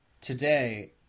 Today